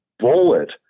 bullet